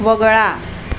वगळा